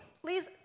Please